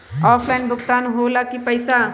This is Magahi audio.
ऑफलाइन भुगतान हो ला कि पईसा?